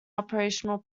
operational